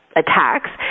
attacks